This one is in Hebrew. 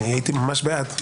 הייתי בעד.